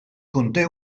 conté